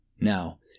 Now